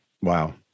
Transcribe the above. Wow